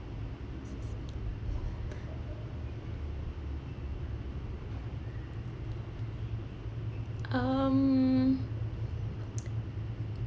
um